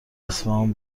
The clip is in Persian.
اصفهان